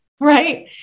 right